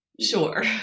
Sure